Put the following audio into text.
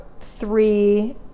three